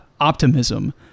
optimism